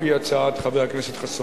על-פי הצעת חבר הכנסת חסון.